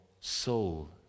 soul